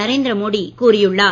நரேந்திர மோடி கூறியுள்ளார்